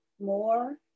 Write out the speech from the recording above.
more